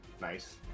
nice